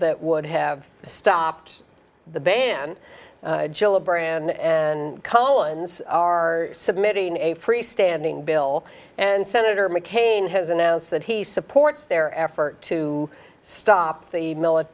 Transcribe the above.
that would have stopped the ban jila brand and cohen's are submitting a freestanding bill and senator mccain has announced that he supports their effort to stop the millet